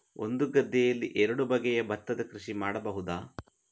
ಒಂದು ಗದ್ದೆಯಲ್ಲಿ ಎರಡು ಬಗೆಯ ಭತ್ತದ ಕೃಷಿ ಮಾಡಬಹುದಾ?